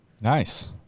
Nice